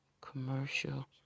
commercial